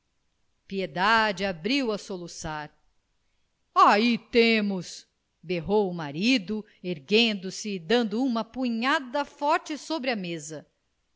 piedade abriu a soluçar aí temos berrou o marido erguendo-se e dando urna punhada forte sobre a mesa